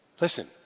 Listen